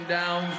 down